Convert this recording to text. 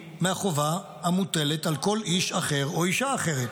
מהחובה המוטלת על כל איש אחר או אישה אחרת.